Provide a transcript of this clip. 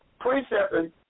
precepting